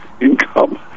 income